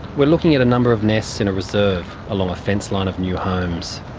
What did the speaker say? we're looking at a number of nests in a reserve along a fence-line of new homes.